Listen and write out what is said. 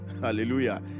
Hallelujah